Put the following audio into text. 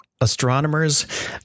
Astronomers